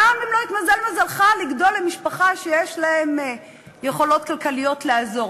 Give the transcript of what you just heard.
גם אם לא התמזל מזלך לגדול במשפחה שיש לה יכולות כלכליות לעזור,